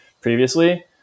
previously